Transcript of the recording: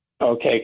Okay